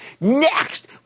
Next